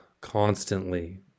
constantly